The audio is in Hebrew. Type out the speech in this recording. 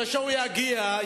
כשהוא יגיע,